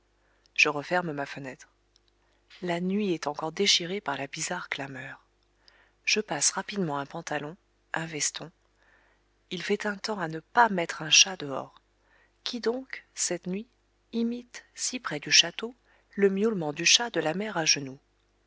je passe rapidement un pantalon un veston il fait un temps à ne pas mettre un chat dehors qui donc cette nuit imite si près du château le miaulement du chat de la mère agenoux